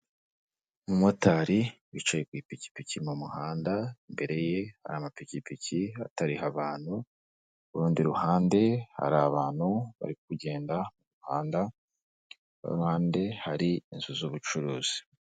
Umumotari wicaye ku ipikipiki mu muhanda, imbere ye hari amapikipiki atariho abantu, urundi ku ruhande hari abantu bari kugenda mu muhanda ahandi hari inzu z'ubucuruzi.